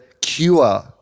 cure